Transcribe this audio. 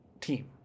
team